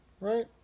Right